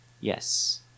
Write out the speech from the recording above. Yes